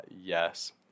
Yes